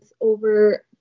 over